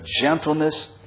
gentleness